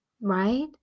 Right